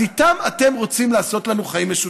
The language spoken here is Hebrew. אז איתם אתם רוצים לעשות לנו חיים משותפים.